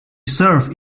served